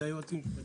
היועצים המשפטיים.